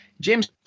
James